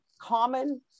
common